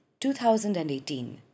2018